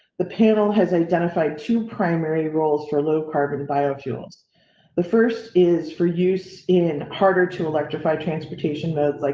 the panel has identified two primary roles for low carbon biofilms. the first is for use in harder to electrify transportation, modes, like